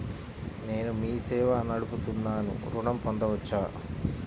నేను మీ సేవా నడుపుతున్నాను ఋణం పొందవచ్చా?